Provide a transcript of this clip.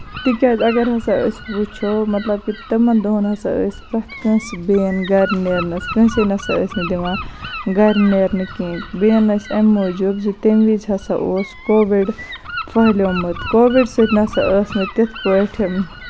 تِکیازِ اَگر ہسا أسۍ وُچھو مطلب کہِ تِمَن دۄہَن ہسا ٲسۍ پرٮ۪تھ کٲنسہِ بین گرِ نیرنَس کٲنسے نہ سا ٲسۍ نہٕ دِوان گرِ نیرنہٕ کِینٛہہ بین ٲسۍ اَمہِ موٗجوٗب زِ تَمہِ وِزِ ہسا اوس کووڈ پھٔہلیومُت کووِڈ سۭتۍ نہ سا ٲسۍ نہٕ تِتھ پٲٹھۍ